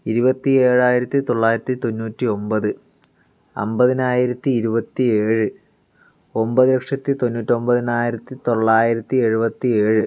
ഇരുപത്തി ഏഴായിരത്തി തൊള്ളായിരത്തി തൊണ്ണൂറ്റി ഒമ്പത് അമ്പതിനായിരത്തി ഇരുപത്തി ഏഴ് ഒമ്പത് ലക്ഷത്തി തൊണ്ണൂറ്റൊമ്പതിനായിരത്തി തൊള്ളായിരത്തി എഴുപത്തി ഏഴ്